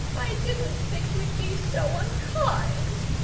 i didn't think you'd be so unkind!